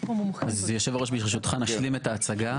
היושב ראש, ברשותך, נשלים את ההצגה.